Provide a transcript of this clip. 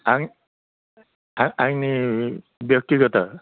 आं आंनि बेयक्तिगत'